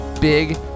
big